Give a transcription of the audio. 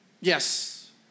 Yes